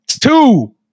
Two